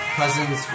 cousins